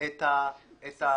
-- את הסיסמה.